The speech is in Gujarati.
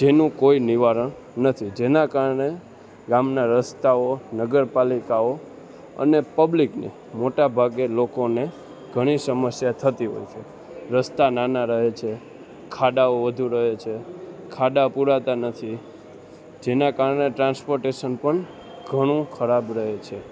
જેનું કોઈ નિવારણ નથી જેના કારણે ગામના રસ્તાઓ નગરપાલિકાઓ અને પબ્લિકને મોટાભાગે લોકોને ઘણી સમસ્યા થતી હોય છે રસ્તા નાના રહે છે ખાડાઓ વધુ રહે છે ખાડા પુરાતા નથી જેના કારણે ટ્રાન્સપોટેશન પણ ઘણું ખરાબ રહે છે